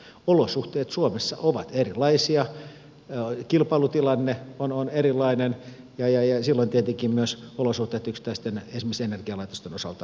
olosuhteet suomessa ovat erilaisia kilpailutilanne on erilainen ja silloin tietenkin myös olosuhteet esimerkiksi yksittäisten energialaitosten osalta ovat erilaisia